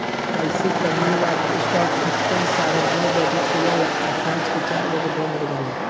अइसे त New York stock exchange साढ़े नौ बजे खुलेला आ सांझ के चार बजे बंद हो जाला